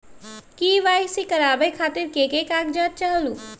KYC करवे खातीर के के कागजात चाहलु?